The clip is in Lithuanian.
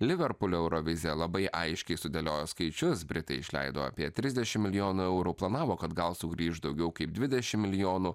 liverpulio eurovizija labai aiškiai sudėliojo skaičius britai išleido apie trisdešim milijonų eurų planavo kad gal sugrįš daugiau kaip dvidešim milijonų